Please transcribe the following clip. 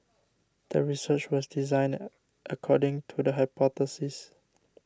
the research was designed according to the hypothesis